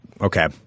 Okay